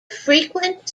frequent